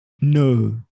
No